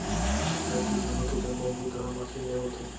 आज काल किसानी के जम्मो बूता ह मसीन ले होथे